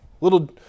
Little